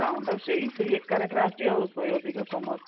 ବ୍ରାଉନ୍ଟା ସେଇ ସେଇ ଏକା ରେଟ୍ରେ ଆସୁଛି ଆଉ ଶହେ ଅଧିକା କମ୍ ଆସୁଛି